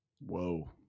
Whoa